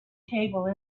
table